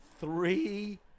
three